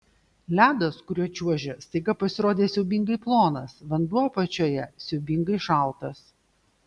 ledas kuriuo čiuožė staiga pasirodė siaubingai plonas vanduo apačioje siaubingai šaltas